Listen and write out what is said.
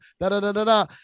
da-da-da-da-da